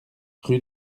rue